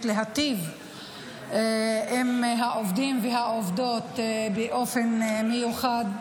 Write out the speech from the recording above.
להיטיב עם העובדים והעובדות באופן מיוחד,